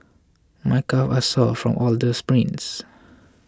my calves sore from all the sprints